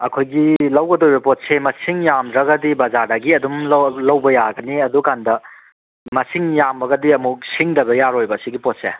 ꯑꯩꯈꯣꯏꯒꯤ ꯂꯧꯒꯗꯣꯔꯤꯕ ꯄꯣꯠꯁꯦ ꯃꯁꯤꯡ ꯌꯥꯝꯗ꯭ꯔꯒꯗꯤ ꯕꯖꯥꯔꯗꯒꯤ ꯑꯗꯨꯝ ꯂꯧꯕ ꯌꯥꯒꯅꯤ ꯑꯗꯨꯀꯥꯟꯗ ꯃꯁꯤꯡ ꯌꯥꯝꯃꯒꯗꯤ ꯑꯃꯨꯛ ꯁꯤꯡꯗꯕ ꯌꯥꯔꯣꯏꯕ ꯁꯤꯒꯤ ꯄꯣꯠꯁꯦ